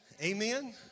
Amen